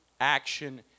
action